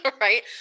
right